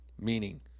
Meaning